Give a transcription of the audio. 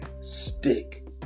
Stick